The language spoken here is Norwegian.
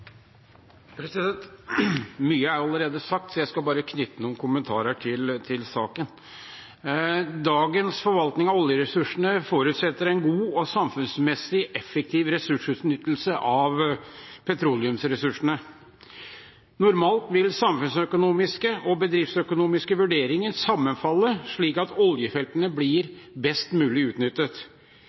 Mye er allerede sagt, så jeg skal bare knytte noen kommentarer til saken. Dagens forvaltning av oljeressursene forutsetter en god og samfunnsmessig effektiv utnyttelse av petroleumsressursene. Normalt vil samfunnsøkonomiske og bedriftsøkonomiske vurderinger sammenfalle, slik at oljefeltene blir best mulig utnyttet.